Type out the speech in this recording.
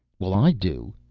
well i do.